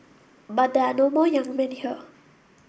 but there are no more young men here